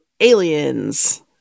aliens